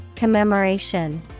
Commemoration